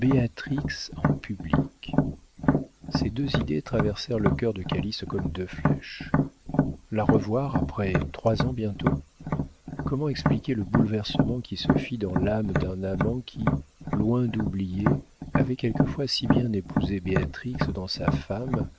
en public ces deux idées traversèrent le cœur de calyste comme deux flèches la revoir après trois ans bientôt comment expliquer le bouleversement qui se fit dans l'âme d'un amant qui loin d'oublier avait quelquefois si bien épousé béatrix dans sa femme